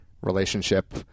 relationship